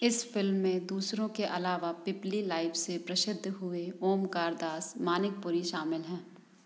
इस फिल्म में दूसरों के अलावा पीपली लाइव से प्रसिद्ध हुए ओंमकार दास मानिकपुरी शामिल हैं